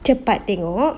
cepat tengok